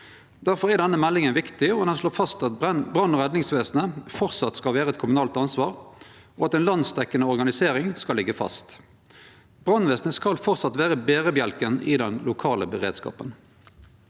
Difor er denne meldinga viktig. Ho slår fast at brann- og redningsvesenet framleis skal vere eit kommunalt ansvar, og at ei landsdekkjande organisering skal liggje fast. Brannvesenet skal framleis vere berebjelken i den lokale beredskapen.